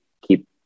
keep